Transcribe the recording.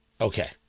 Okay